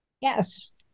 Yes